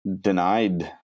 denied